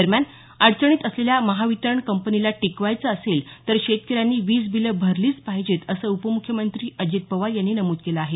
दरम्यान अडचणीत असलेल्या महावितरण कंपनीला टिकवायचं असेल तर शेतकऱ्यांनी वीजबिलं भरलीच पाहिजेत असं उपमुख्यमंत्री अजित पवार यांनी नमूद केलं आहे